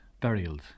burials